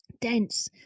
dense